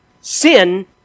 Sin